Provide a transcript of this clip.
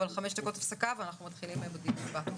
אבל חמש דקות הפסקה ואנחנו מתחילים בדיון הבא.